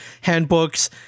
handbooks